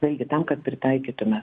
taigi tam kad pritaikytume